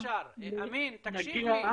אמין, תקשיב לי,